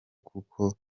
kuko